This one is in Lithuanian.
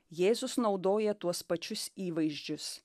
jėzus naudoja tuos pačius įvaizdžius